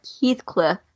Heathcliff